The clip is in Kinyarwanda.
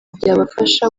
byabafasha